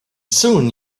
soon